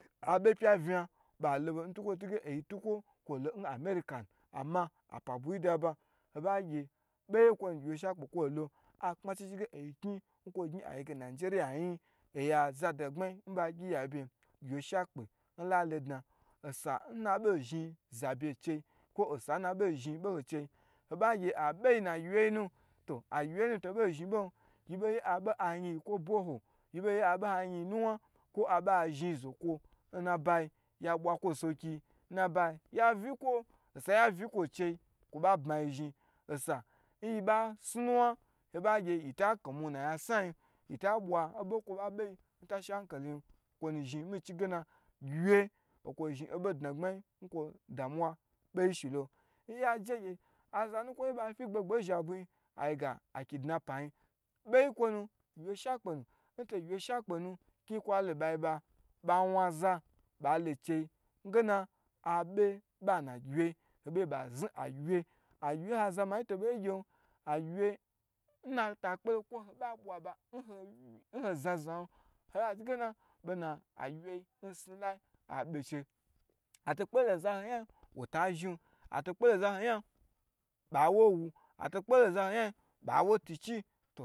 Vna balo ntukwo tu ge oyi tukwo kwo lo n amerikanu ammaapa buyi da aba du abeyi bai lo akpma chichigu oyi kniw n nayi nijeriyanyi, oyi aza dnagbma yi n ba gyi nya bye yin du gyiwye shakpe kwo la lodna n na bei zhin zabye n chei hoba gye abeyi n na gyiwyeyinu, to agyiwye nu to bei zhi bon, yi bei ye a be a yin yi kwo bo hol abe ayin nuwa kwo abe azhin zokwo nnabayi yabwa kwo n sowokiyi nnabayi yavakwo, n yavi kwo n chei kwo ba bmayi zhin, osa nyi ba sni nuwa yita komu n na yansa yin, yi ta bwa obo nkwo ba be yi ntashin anka liyin kwonu zhin mici nge gyiwye kwon zhin obo dnagbmayi n kwo damuwa boy shilo, nya je gye aza nukwo nba fi zni ba nna zhabuyi ayi ge akidina payin bei nkwonu zhi gyiwye shakpe nu, n to gyiwye shakpenu kniyan kwo lo nbayi bha bai wan za bai lo cheyi n tugenu abu ba nnagyiwye ye agyiwyu n ho azamayi to bei gyen, gyiwye n ata kpelo kwo ho ba bwa nho zha zhan awo achiegen be na gyiwyu yi nsnu layi abe ncheyi, ato kpolo nzahoho nya yin wota zhin, ato kpko nzaho yan ba wo wu, ato kpolo nzaho nya ba wo tu chi